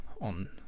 on